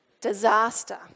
disaster